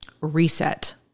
reset